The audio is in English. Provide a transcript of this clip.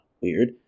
Weird